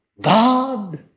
God